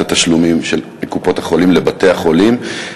התשלומים של קופות-החולים לבתי-החולים?